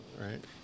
Right